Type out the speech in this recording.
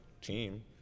team